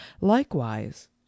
Likewise